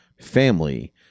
family